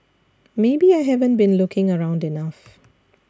maybe I haven't been looking around enough